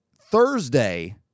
Thursday